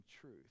truth